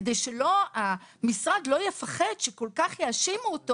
כדי שהמשרד לא יפחד שכל כך יאשימו אותו